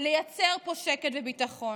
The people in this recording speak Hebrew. לייצר פה שקט וביטחון.